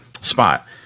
spot